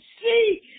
see